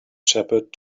shepherd